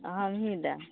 हम ही देब